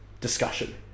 discussion